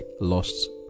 lost